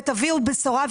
ותביאו בשורה,